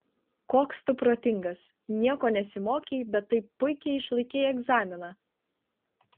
koks tu protingas nieko nesimokei bet taip puikiai išlaikei egzaminą